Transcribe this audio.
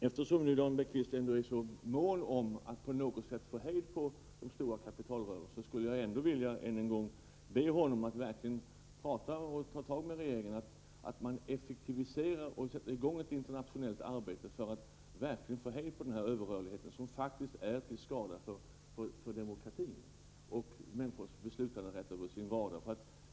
Eftersom Jan Bergqvist ändå är så mån om att på något sätt få hejd på den stora kapitalrörelsen, skulle jag än en gång vilja be honom att tala med regeringen för att se till att man effektiviserar detta och sätter i gång ett internationellt arbete för att få hejd på den överrörlighet som faktiskt är till skada för demokratin och människors beslutanderätt.